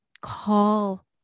call